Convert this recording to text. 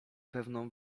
pewną